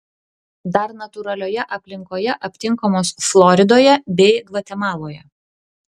dar natūralioje aplinkoje aptinkamos floridoje bei gvatemaloje